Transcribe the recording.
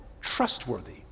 trustworthy